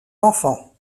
enfant